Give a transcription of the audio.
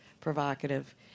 provocative